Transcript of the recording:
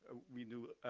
we do